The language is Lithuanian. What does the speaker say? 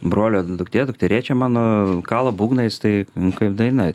brolio duktė dukterėčia mano kala būgnais tai kaip daina